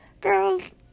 Girls